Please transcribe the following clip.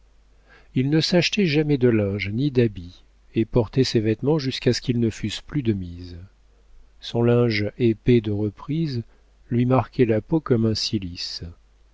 il ne s'achetait jamais de linge ni d'habits et portait ses vêtements jusqu'à ce qu'ils ne fussent plus de mise son linge épais de reprises lui marquait la peau comme un cilice